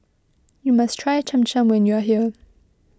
you must try Cham Cham when you are here